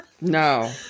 no